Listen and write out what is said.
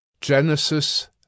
Genesis